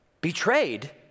betrayed